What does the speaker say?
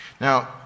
Now